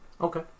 Okay